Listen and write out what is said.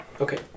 Okay